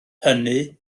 hynny